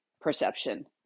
perception